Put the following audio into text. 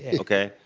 okay.